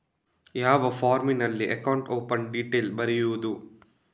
ಯಾವ ಫಾರ್ಮಿನಲ್ಲಿ account open detail ಬರೆಯುವುದು?